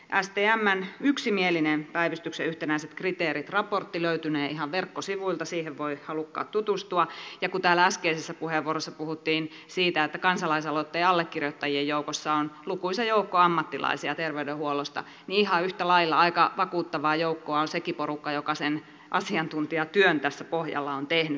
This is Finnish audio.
stmn yksimielinen päivystyksen yhtenäiset kriteerit raportti löytynee ihan verkkosivuilta siihen voivat halukkaat tutustua ja kun täällä äskeisessä puheenvuorossa puhuttiin siitä että kansalaisaloitteen allekirjoittajien joukossa on lukuisa joukko ammattilaisia terveydenhuollosta niin ihan yhtä lailla aika vakuuttavaa joukkoa on sekin porukka joka sen asiantuntijatyön tässä pohjalla on tehnyt